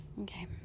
okay